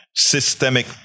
systemic